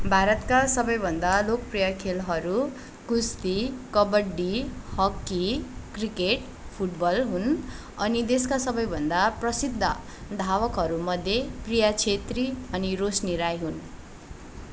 भारतका सबैभन्दा लोकप्रिय खेलहरू कुस्ती कबड्डी हक्की क्रिकेट फुटबल हुन् अनि देशका सबैभन्दा प्रसिद्ध धावकहरूमध्ये प्रिया छेत्री अनि रोशनी राई हुन्